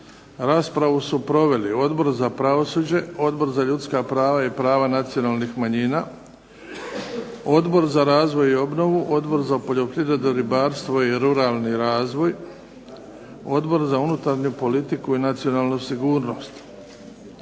Raspravu su proveli Odbor za pravosuđe, Odbor za ljudska prava i prava nacionalnih manjina, Odbor za razvoj i obnovu, Odbor za poljoprivredu, ribarstvo i ruralni razvoj, Odbor za unutarnju politiku i nacionalnu sigurnost.